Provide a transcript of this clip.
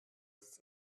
its